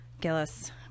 Gillis